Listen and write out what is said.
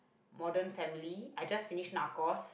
modern family I just finished narcos